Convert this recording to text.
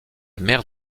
mère